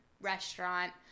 restaurant